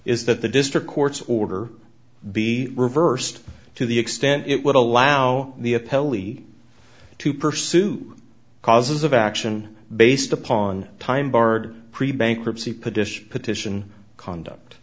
is that the district court's order be reversed to the extent it would allow the appellee to pursue causes of action based upon time barred pre bankruptcy petition petition conduct